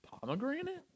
pomegranate